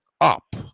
up